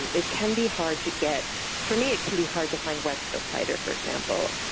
and it can be hard to get for me it can be hard to find west coast cider, for example.